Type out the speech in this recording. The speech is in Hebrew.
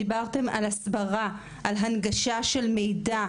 דיברתם על הסברה על הנגשה של מידע,